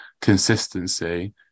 consistency